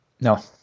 No